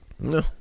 No